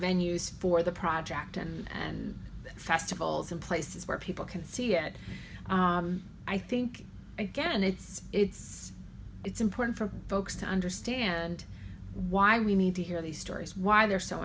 venues for the project and festivals and places where people can see it i think again it's it's it's important for folks to understand why we need to hear these stories why they're so